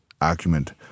argument